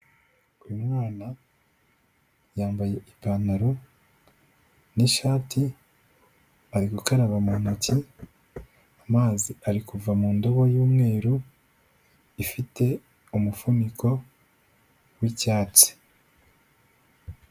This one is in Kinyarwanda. Uyu mwana yambaye ipantaro n'ishati, bari gukaraba mu ntoki, amazi ari kuva mu ndobo y'umweru ifite umufuniko w'icyatsi.